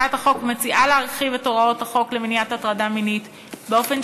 הצעת החוק מציעה להרחיב את הוראות החוק למניעת הטרדה מינית באופן